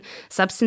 substance